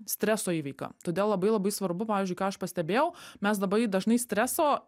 streso įveika todėl labai labai svarbu pavyzdžiui ką aš pastebėjau mes labai dažnai streso